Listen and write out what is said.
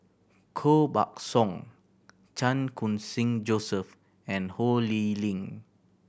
Koh Buck Song Chan Khun Sing Joseph and Ho Lee Ling